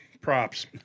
props